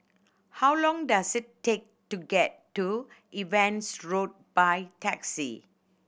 how long does it take to get to Evans Road by taxi